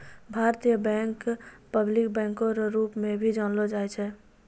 भारतीय bank public बैंको रो रूप मे भी जानलो जाय छै